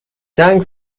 جنگ